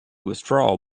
withdraw